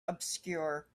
obscure